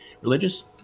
religious